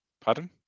Pardon